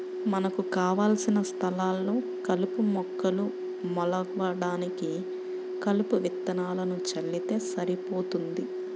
మనకు కావలసిన స్థలాల్లో కలుపు మొక్కలు మొలవడానికి కలుపు విత్తనాలను చల్లితే సరిపోతుంది